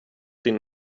din